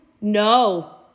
no